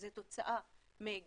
זה תוצאה מגורמים,